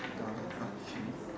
garden okay